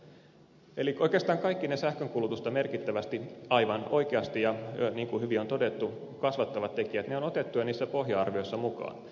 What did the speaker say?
eli oikeastaan kaikki ne sähkönkulutusta merkittävästi aivan oikeasti niin kuin hyvin on todettu kasvattavat tekijät on otettu jo niissä pohja arvioissa mukaan